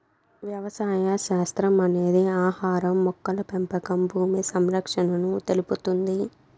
వ్యవసాయ శాస్త్రం అనేది ఆహారం, మొక్కల పెంపకం భూమి సంరక్షణను తెలుపుతుంది